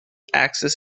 axis